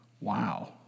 Wow